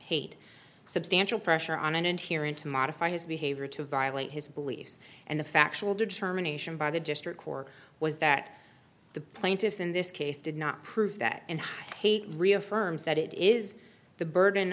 hate substantial pressure on an inherent to modify his behavior to violate his beliefs and the factual determination by the district court was that the plaintiffs in this case did not prove that and reaffirms that it is the burden